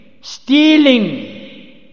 Stealing